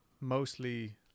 mostly